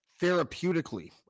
therapeutically